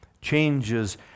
changes